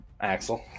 Axel